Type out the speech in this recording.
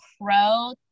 Pro